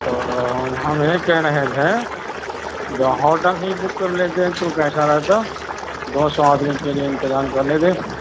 تو ہم یہ کہہ رہے تھے جو ہوٹل ہی بک کر لیتے تو کیسا رہتا دو سو آدمی کے لیے انتظام کر لیتے